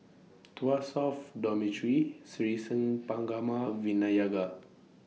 Tuas South Dormitory Sri Senpaga Ma Vinayagar